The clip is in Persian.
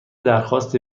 درخواست